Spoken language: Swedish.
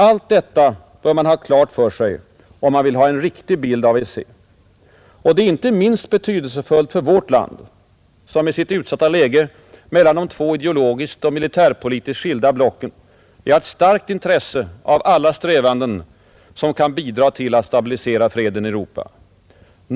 Allt detta bör man ha klart för sig om man vill ha en riktig bild av EEC. Det är inte minst betydelsefullt för vårt land, som med sitt utsatta läge mellan de två ideologiskt och militärpolitiskt skilda blocken har ett starkt intresse av alla strävanden som kan bidra till att stabilisera freden i Europa.